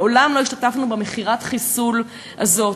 מעולם לא השתתפנו במכירת החיסול הזאת.